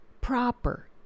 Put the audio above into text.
proper